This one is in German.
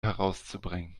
herauszubringen